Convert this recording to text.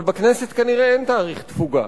אבל בכנסת כנראה אין תאריך תפוגה,